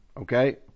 Okay